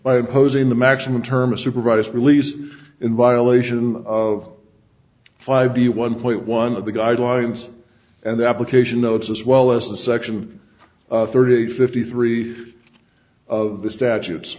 by opposing the maximum term supervised release in violation of five b one point one of the guidelines and that location notes as well as the section thirty eight fifty three of the statutes